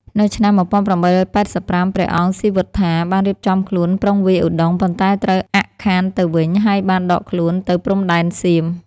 នៅឆ្នាំ ១៨៨៥ ព្រះអង្គស៊ីសុវត្ថាបានរៀបចំខ្លួនប្រុងវាយឧដុង្គ ប៉ុន្តែត្រូវអាក់ខានទៅវិញ ហើយបានដកខ្លួនទៅព្រំដែនសៀម។